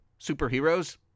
Superheroes